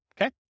Okay